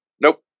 Nope